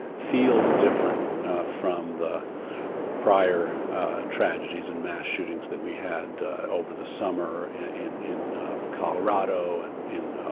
feels different from the prior tragedies and mass shootings that we had over the summer in in colorado and in